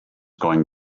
going